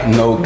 no